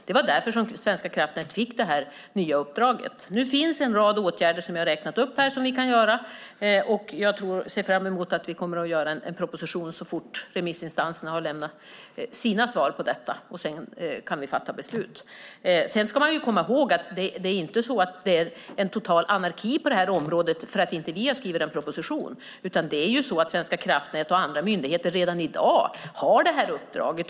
Det var därför som Svenska kraftnät fick det här nya uppdraget. Nu finns det en rad åtgärder, som jag har räknat upp här, som vi kan vidta, och jag ser fram emot att vi kommer att skriva en proposition så fort remissinstanserna har lämnat sina svar på detta. Sedan kan vi fatta beslut. Sedan ska man komma ihåg att det inte är en total anarki på det här området bara för att vi inte har skrivit en proposition, utan Svenska kraftnät och andra myndigheter har redan i dag det här uppdraget.